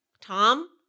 Tom